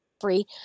free